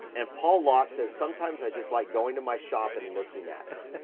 and paul lott says, sometimes i just like going to my shop and looking at it.